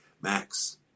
Max